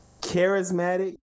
charismatic